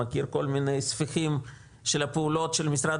מכיר כל מיני ספיחים של הפעולות של משרד